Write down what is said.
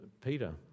Peter